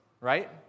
right